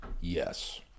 Yes